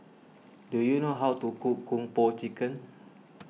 do you know how to cook Kung Po Chicken